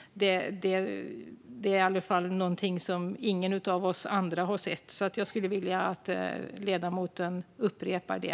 Det är någonting som i alla fall ingen av oss andra har sett, så jag skulle vilja att ledamoten utvecklar det.